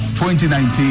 2019